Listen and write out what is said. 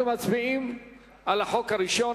אנחנו מצביעים על החוק הראשון,